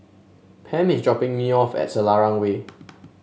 Pam is dropping me off at Selarang Way